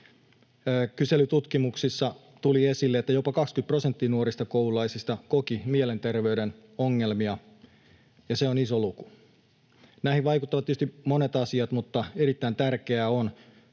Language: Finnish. Kyselytutkimuksissa tuli esille, että jopa 20 prosenttia nuorista koululaisista koki mielenterveyden ongelmia, ja se on iso luku. Näihin vaikuttavat tietysti monet asiat, mutta erittäin tärkeää on,